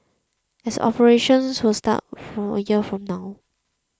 as operations will start for a year from now